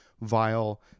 vile